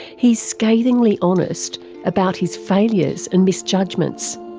he's scathingly honest about his failures and misjudgements,